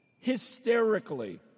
hysterically